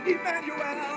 Emmanuel